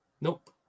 Nope